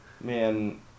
Man